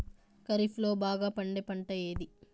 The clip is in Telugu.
ఖరీఫ్ లో బాగా పండే పంట ఏది?